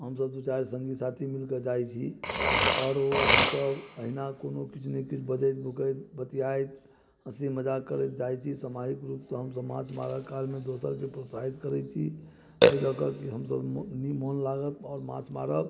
हमसब दू चारि संगी साथी मिलके जाइ छी आओर हमसब एहिना कोनो किछु ने किछु बजैत भूकैत बतियात हँसी मजाक करैत जाइ छी समाजिक रूप सँ हमसब माछ मारऽ काल मे दोसर के प्रोत्साहित करै छी एहि लए के की हमसब नहि मोन लागत आओर माछ मारब